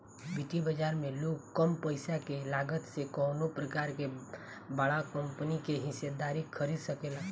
वित्तीय बाजार में लोग कम पईसा के लागत से कवनो प्रकार के बड़ा कंपनी के हिस्सेदारी खरीद सकेला